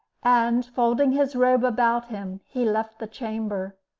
and, folding his robe about him, he left the chamber.